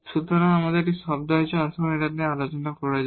সুতরাং এখানে একটি টার্ম আছে আসুন আলোচনা করা যাক